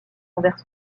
envers